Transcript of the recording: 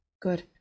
Good